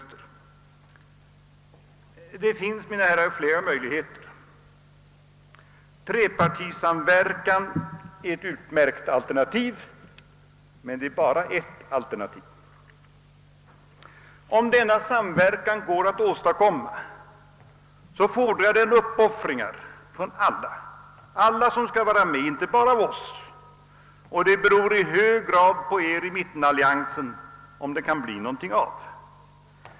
Det finns flera möjligheter. Trepartisamverkan är ett utmärkt alternativ, men det är bara ett av alternativen. Om denna samverkan går att åstadkomma, fordrar den uppoffring av alla som skall vara med, inte bara av oss. Det beror i hög grad på er i mittenalliansen, om det skall bli något av.